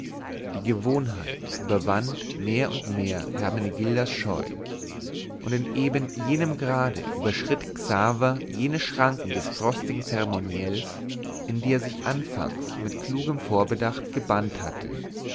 die gewohnheit überwand mehr und mehr hermenegildas scheu und in eben dem grade überschritt xaver jene schranken des frostigen zeremoniells in die er sich anfangs mit klugem vorbedacht gebannt hatte